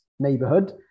neighborhood